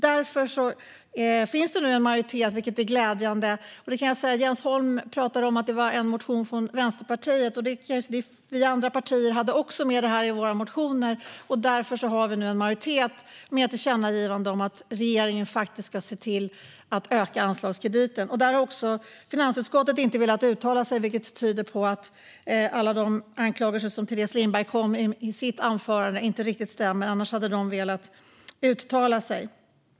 Det är glädjande att det nu finns en majoritet. Jens Holm pratade om att det var en motion från Vänsterpartiet, men vi andra partier hade också med det i våra motioner. Därför har vi nu en majoritet för ett förslag om ett tillkännagivande att regeringen ska se till att anslagskrediten ökas. Där har finansutskottet inte velat uttala sig, vilket tyder på att alla de anklagelser som Teres Lindberg kom med i sitt anförande inte riktigt stämmer. Annars hade de velat uttala sig.